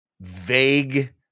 vague